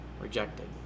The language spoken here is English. rejected